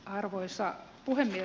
arvoisa puhemies